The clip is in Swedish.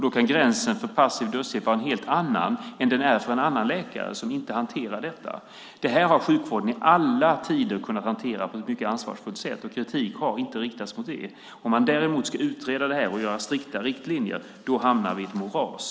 Då kan gränsen för passiv dödshjälp vara en helt annan än den är för en annan läkare som inte hanterar detta. Det här har sjukvården i alla tider kunnat hantera på ett mycket ansvarsfullt sätt, och kritik har inte riktats mot det. Om man däremot ska utreda det här och skapa strikta riktlinjer hamnar vi i ett moras.